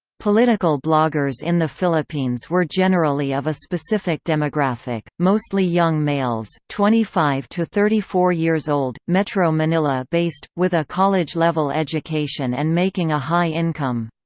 political bloggers in the philippines were generally of a specific demographic, mostly young males, twenty five thirty four years old, metro-manila based, with a college level education and making a high income.